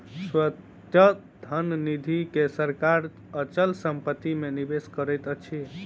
स्वायत्त धन निधि के सरकार अचल संपत्ति मे निवेश करैत अछि